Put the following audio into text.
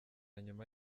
nyuma